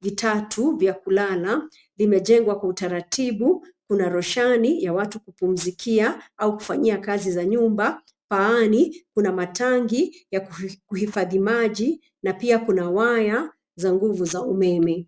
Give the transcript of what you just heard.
vitatu, vya kulala. Limejengwa kwa utaratibu, kuna roshani ya watu kupumzikia au kufanyia kazi za nyumba. Paani, kuna matangi ya kuhifadhi maji na pia kuna waya za nguvu za umeme.